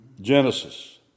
Genesis